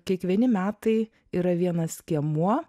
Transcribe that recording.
kiekvieni metai yra vienas skiemuo